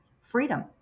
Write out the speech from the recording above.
freedom